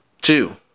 Two